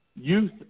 youth